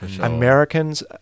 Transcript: Americans